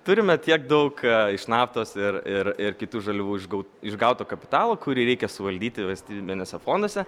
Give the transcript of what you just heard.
turime tiek daug iš naftos ir ir ir kitų žaliavų išgau išgauto kapitalo kurį reikia suvaldyti valstybiniuose fonduose